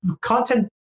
content